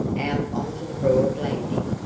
out on to the broad landing,